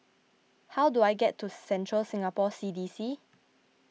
how do I get to Central Singapore C D C